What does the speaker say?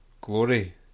Glory